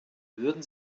würden